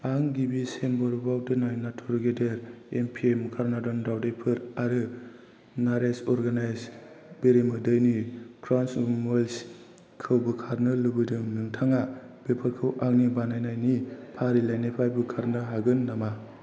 आं गिबिसिन बरफआव दोननाय नाथुर गेदेर एमपिएम काडागनाथ दाउदैफोर आरो नारिश अर्गेनिक्स बेरेमोदैनि क्रान्च म्युल्सखौ बोखारनो लुबैदों नोंथाङा बेफोरखौ आंनि बानायनायनि फारिलाइनिफ्राय बोखारनो हागोन नामा